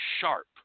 sharp